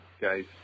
guys